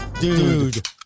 dude